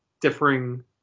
differing